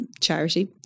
charity